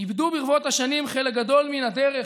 איבדו ברבות השנים חלק גדול מן הדרך